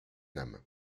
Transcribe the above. nam